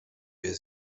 wir